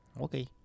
Okay